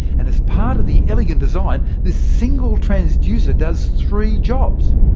and as part of the elegant design, this single transducer does three jobs.